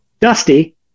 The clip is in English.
Dusty